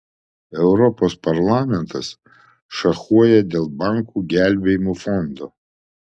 europos parlamentas šachuoja dėl bankų gelbėjimo fondo